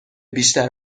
بیشتر